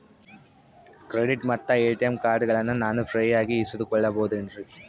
Credit ಮತ್ತ ATM ಕಾರ್ಡಗಳನ್ನ ನಾನು ಫ್ರೇಯಾಗಿ ಇಸಿದುಕೊಳ್ಳಬಹುದೇನ್ರಿ?